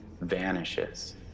vanishes